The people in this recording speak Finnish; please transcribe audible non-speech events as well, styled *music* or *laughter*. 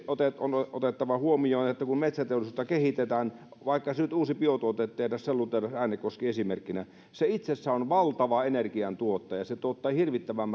on otettava huomioon kun metsäteollisuutta kehitetään vaikka uusi biotuotetehdas sellutehdas äänekoski esimerkkinä että se itsessään on valtava energiantuottaja se tuottaa hirvittävän *unintelligible*